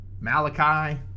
Malachi